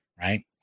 right